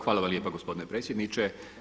Hvala vam lijepo gospodine predsjedniče.